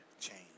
change